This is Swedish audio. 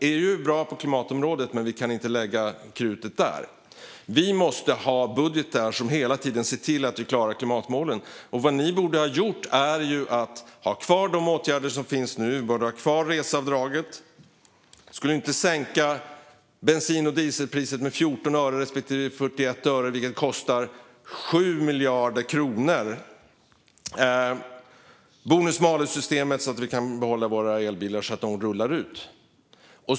EU är bra på klimatområdet, men vi kan inte lägga krutet där. Vi måste hela tiden ha budgetar som ser till att vi klarar klimatmålen. Vad ni borde ha gjort är att ha kvar de åtgärder som finns nu. Ni borde ha behållit reseavdraget. Ni borde inte ha sänkt bensin och dieselpriset med 14 öre respektive 41 öre, vilket kostar 7 miljarder kronor. Ni borde ha behållit bonus malus-systemet, som gör att elbilar rullar ut.